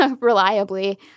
reliably